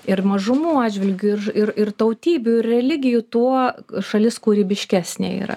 ir mažumų atžvilgiu ir ir ir tautybių ir religijų tuo šalis kūrybiškesnė yra